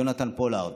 יונתן פולארד,